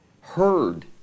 Heard